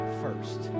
first